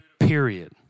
period